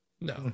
No